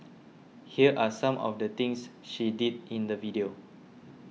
here are some of the things she did in the video